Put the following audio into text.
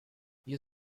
you